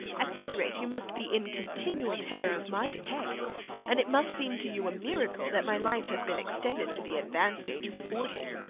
at this rate you must be in continual terror of my decay and it must seem to you a miracle that my life has been extended to the advanced age of forty.